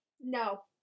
No